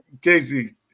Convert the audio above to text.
Casey